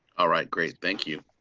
ah right, great. thank you.